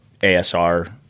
ASR